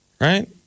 Right